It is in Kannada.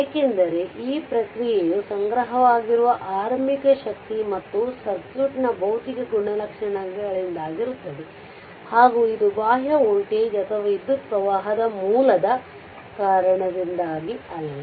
ಏಕೆಂದರೆ ಈ ಪ್ರತಿಕ್ರಿಯೆಯು ಸಂಗ್ರಹವಾಗಿರುವ ಆರಂಭಿಕ ಶಕ್ತಿ ಮತ್ತು ಸರ್ಕ್ಯೂಟ್ನ ಭೌತಿಕ ಗುಣಲಕ್ಷಣಗಳಿಂದಾಗಿರುತ್ತದೆ ಹಾಗೂ ಇದು ಬಾಹ್ಯ ವೋಲ್ಟೇಜ್ ಅಥವಾ ವಿದ್ಯುತ್ಪ್ರವಾಹದ ಮೂಲದ ಕಾರಣದಿಂದಾಗಿ ಅಲ್ಲ